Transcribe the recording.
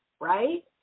right